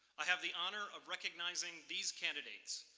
i have the honor of recognizing these candidates.